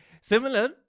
similar